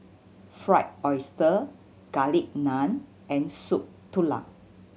Fried Oyster Garlic Naan and Soup Tulang